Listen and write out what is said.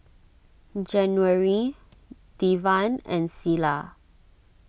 January Devan and Selah